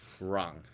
Wrong